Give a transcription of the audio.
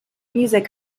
music